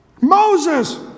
Moses